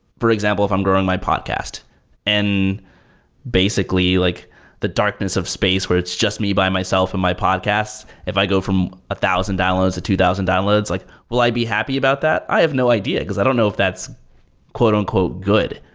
for example, if i'm growing my podcast and basically like the darkness of space where it's just me by myself and my podcasts. if i go from a thousand downloads to two thousand downloads, like will i be happy about that? i have no idea, because i don't know if that's um good.